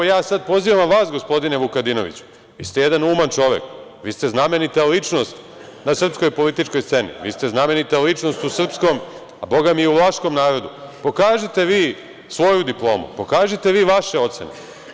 Ja sada pozivam vas, gospodine Vukadinoviću, vi ste jedan uman čovek, vi ste znamenita ličnost na srpskoj političkoj sceni, vi ste znamenita ličnost u srpskom, a bogami i u vlaškom narodu, pokažite vi svoju diplomu, pokažite vi vaše ocene.